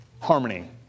harmony